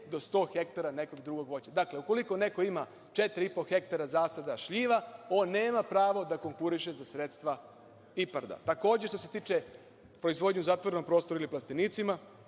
do 100 hektara nekog drugog voća. Dakle, ukoliko neko ima 4,5 hektara zasada šljiva, on nema pravo da konkuriše za sredstva IPARD-a. Takođe, što se tiče proizvodnje u zatvorenom prostoru ili plastenicima,